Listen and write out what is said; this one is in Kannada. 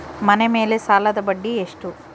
ಮನೆ ಮೇಲೆ ಸಾಲದ ಬಡ್ಡಿ ಎಷ್ಟು?